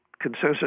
consensus